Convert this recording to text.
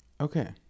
Okay